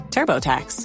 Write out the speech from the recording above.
TurboTax